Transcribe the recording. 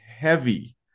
heavy